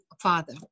father